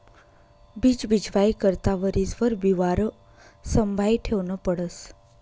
बीज बीजवाई करता वरीसभर बिवारं संभायी ठेवनं पडस